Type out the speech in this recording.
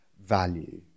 value